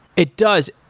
it does.